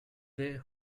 were